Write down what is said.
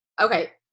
okay